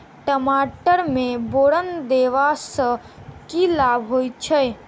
टमाटर मे बोरन देबा सँ की लाभ होइ छैय?